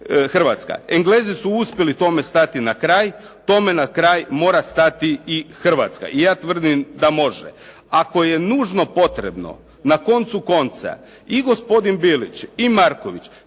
Hrvatska. Englezi su uspjeli stati tome na kraj, tome na kraj mora stati i Hrvatska i ja tvrdim da može. Ako je nužno potrebno, na koncu konca, i gospodin Bilić i Marković